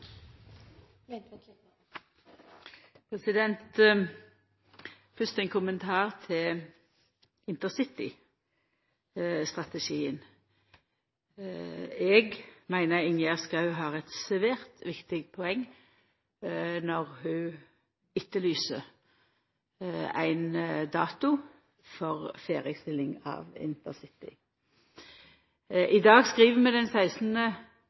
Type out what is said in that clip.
Fyrst ein kommentar til intercitystrategien. Eg meiner Ingjerd Schou har eit svært viktig poeng når ho etterlyser ein dato for ferdigstilling av intercity. I dag skriv vi den 14. februar. Den 16.